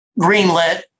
greenlit